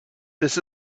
this